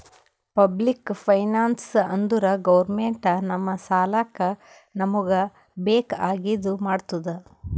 public finance ಅಂದುರ್ government ನಮ್ ಸಲ್ಯಾಕ್ ನಮೂಗ್ ಬೇಕ್ ಆಗಿದ ಮಾಡ್ತುದ್